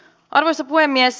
arvoisa puhemies